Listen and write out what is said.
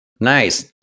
Nice